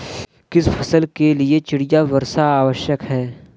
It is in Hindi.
किस फसल के लिए चिड़िया वर्षा आवश्यक है?